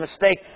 mistake